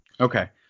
Okay